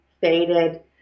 faded